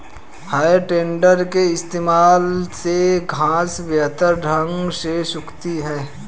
है टेडर के इस्तेमाल से घांस बेहतर ढंग से सूखती है